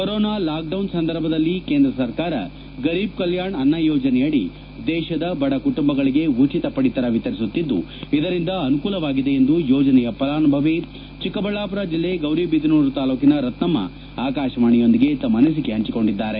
corona lockdown ಸಂದರ್ಭದಲ್ಲಿ ಕೇಂದ್ರ ಸರ್ಕಾರ ಗರೀಬ್ ಕಲ್ಮಾಣ್ ಅನ್ನ ಯೋಜನೆಯಡಿ ದೇತದ ಬಡ ಕುಟುಂಬಗಳಿಗೆ ಉಚಿತ ಪಡಿತರ ವಿತರಿಸುತ್ತಿದ್ದು ಇದರಿಂದ ಅನುಕೂಲವಾಗಿದೆ ಎಂದು ಯೋಜನೆಯ ಫಲಾನುಭವಿ ಚಿಕ್ಕಬಳ್ಳಾಮರ ಜಿಲ್ಲೆ ಗೌರಿಬಿದನೂರು ತಾಲ್ಲೂಕಿನ ರತ್ನಮ್ಮ ಆಕಾಶವಾಣಿಯೊಂದಿಗೆ ತಮ್ಮ ಅನಿಸಿಕೆ ಹಂಚಿಕೊಂಡಿದ್ದಾರೆ